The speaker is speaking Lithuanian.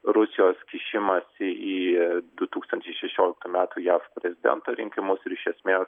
rusijos kišimąsi į du tūkstančiai šešioliktų metų jav prezidento rinkimus ir iš esmės